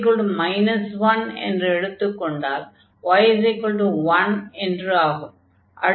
x 1 என்று எடுத்துக் கொண்டால் y1 என்று ஆகும்